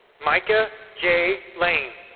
micah j. lane.